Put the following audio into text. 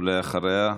יגיד לעצמו שהוא אחראי,